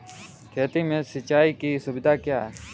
खेती में सिंचाई की सुविधा क्या है?